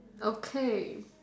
okay